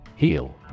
Heal